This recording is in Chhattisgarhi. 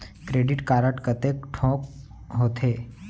क्रेडिट कारड कतेक ठोक होथे?